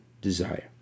desire